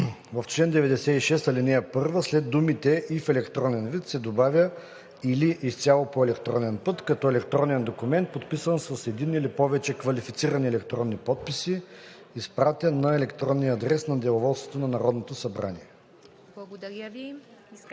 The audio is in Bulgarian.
1: а) в изречение първо след думите „и в електронен вид“ се добавя „или изцяло по електронен път, като електронен документ, подписан с един или повече квалифицирани електронни подписи, изпратен на електронния адрес на деловодството на Народното събрание“;